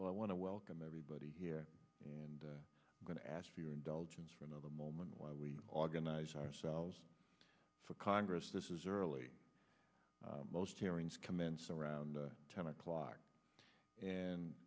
well i want to welcome everybody here and going to ask for your indulgence for another moment while we organize ourselves for congress this is early most hearings commence around ten o'clock and